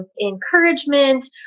encouragement